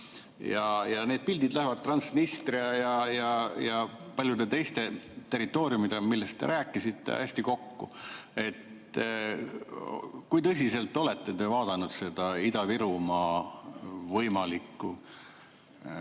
See pilt läheb Transnistria ja paljude teiste territooriumidega, millest te rääkisite, hästi kokku. Kui tõsiselt te olete vaadanud seda Ida-Virumaa võimalikku